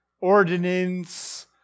ordinance